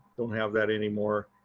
don't have that anymore.